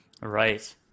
Right